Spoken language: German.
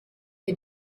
ihr